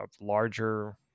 larger